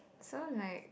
so like